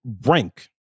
rank